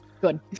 Good